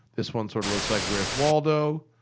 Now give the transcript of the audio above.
this one sort of looks like where's waldo.